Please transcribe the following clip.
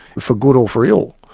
for good or for ill.